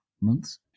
months